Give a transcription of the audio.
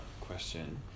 question